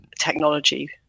technology